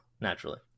Naturally